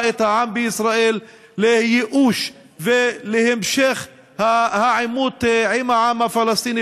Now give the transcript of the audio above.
את העם בישראל לייאוש ולהמשך העימות עם העם הפלסטיני,